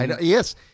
Yes